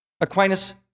Aquinas